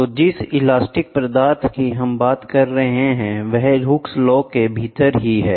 तो जिस इलास्टिक पदार्थ कि हम बात कर रहे हैं वह हुक्स ला के भीतर ही है